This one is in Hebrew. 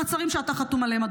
מעצרים שאתה חתום עליהם,